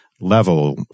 level